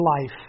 life